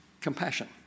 compassion